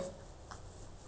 okay ya I create